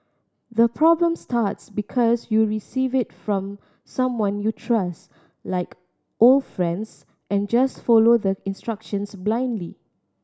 the problem starts because you receive it from someone you trust like old friends and just follow the instructions blindly